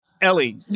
Ellie